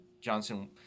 Johnson